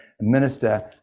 minister